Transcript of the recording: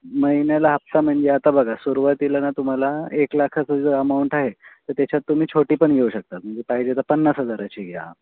महिन्याला हप्ता म्हणजे आता बघा सुरूवातीला ना तुम्हाला एक लाखाचा जो अमाऊंट आहे तर त्याच्यात तुम्ही छोटी पण घेऊ शकतात म्हणजे पाहिजे तर पन्नास हजाराची घ्या